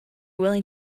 willing